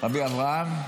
רבי אברהם,